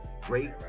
Great